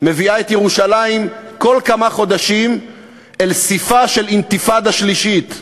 מביאה את ירושלים כל כמה חודשים אל סִפּהּ של אינתיפאדה שלישית.